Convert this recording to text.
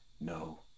no